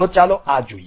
તો ચાલો આ જોઈએ